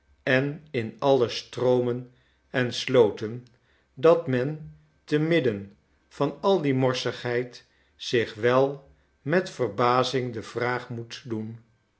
en in alle stroomen en slooten dat men te midden van al die morsigheid zich wel met verbazing de vraag moet doen